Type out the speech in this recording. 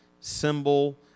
symbol